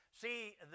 see